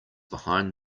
behind